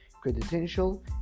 credential